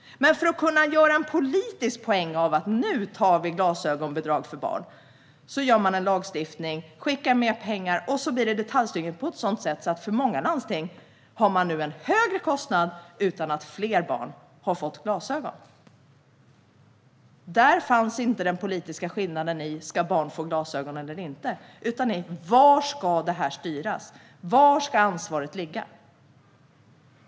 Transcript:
Men för att kunna göra en politisk poäng av statsbidraget antog man en lagstiftning och skickade med pengar. Därigenom blev det en detaljstyrning som innebär att många landsting nu har en högre kostnad utan att fler barn har fått glasögon. Den politiska skillnaden handlade inte om huruvida barn ska få glasögon eller inte utan om hur det ska styras och var ansvaret ska ligga.